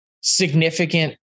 significant